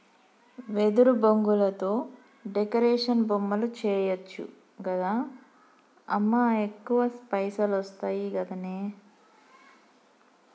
వెదురు బొంగులతో డెకరేషన్ బొమ్మలు చేయచ్చు గదా అమ్మా ఎక్కువ పైసలొస్తయి గదనే